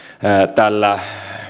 tällä